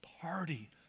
party